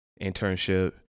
internship